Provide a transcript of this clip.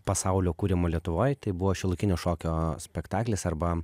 pasaulio kūrimo lietuvoj tai buvo šiuolaikinio šokio spektaklis arba